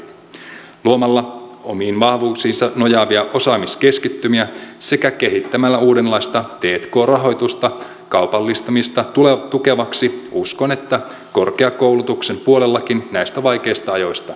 uskon että luomalla omiin vahvuuksiinsa nojaavia osaamiskeskittymiä sekä kehittämällä uudenlaista t k rahoitusta kaupallistamista tukevaksi korkeakoulutuksenkin puolella näistä vaikeista ajoista selvitään